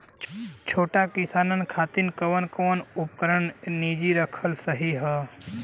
छोट किसानन खातिन कवन कवन उपकरण निजी रखल सही ह?